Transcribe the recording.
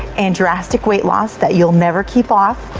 and drastic weight loss that you'll never keep off,